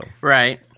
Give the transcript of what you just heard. right